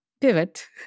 pivot